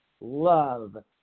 love